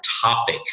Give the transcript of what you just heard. topic